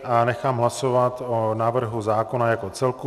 A nechám hlasovat o návrhu zákona jako celku.